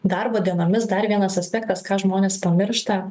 darbo dienomis dar vienas aspektas ką žmonės pamiršta